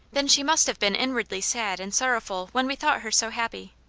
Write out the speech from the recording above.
then she must have been inwardly sad and sorrow ful when we thought her so happy.